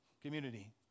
community